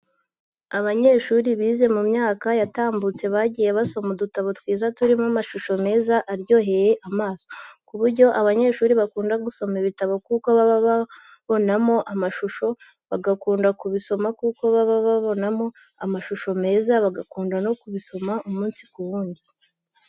Abanyeshuri bize mu myaka yatambutse bagiye basoma udutabo twiza turimo amashusho meza, aryoheye amaso, ku buryo abanyeshuri bakunda gusoma ibitabo kuko baba babonamo amashusho bagakunda kubisoma kuko baba babonamo amashusho meza, bagakunda no kubisoma umunsi ku wundi.